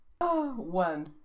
One